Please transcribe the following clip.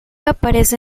aparece